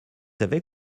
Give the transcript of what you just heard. savez